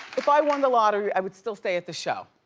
if i won the lottery, i would still stay at the show.